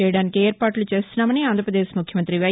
చేయడానికి ఏర్పాట్లు చేస్తున్నామని ఆంధ్రప్రదేశ్ ముఖ్యమంతి వై